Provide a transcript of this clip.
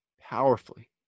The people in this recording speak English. powerfully